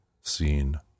seen